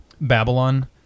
Babylon